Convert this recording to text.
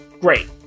great